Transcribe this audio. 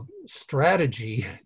strategy